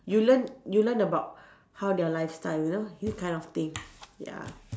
you learn you learn about how their lifestyle you know kind of thing ya